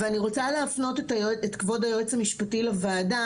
ואני רוצה להפנות את כבוד היועץ המשפטי לוועדה,